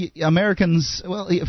Americans—well